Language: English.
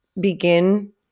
begin